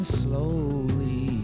slowly